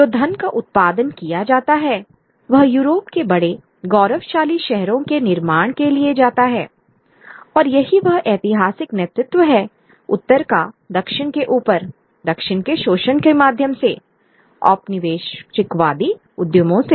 जो धन का उत्पादन किया जाता है वह यूरोप के बड़े गौरवशाली शहरों के निर्माण के लिए जाता है और यही वह ऐतिहासिक नेतृत्व है उत्तर का दक्षिण के ऊपर दक्षिण के शोषण के माध्यम से औपनिवेशिकवादी उद्यमों से